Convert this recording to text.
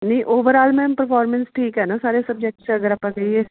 ਨਹੀਂ overall ma'am performance ਠੀਕ ਹੈ ਨਾ ਸਾਰੇ ਸਬਜੈਕਟਸ 'ਚ ਅਗਰ ਆਪਾਂ ਕਹੀਏ